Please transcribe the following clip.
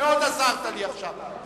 מאוד עזרת לי עכשיו.